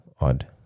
odd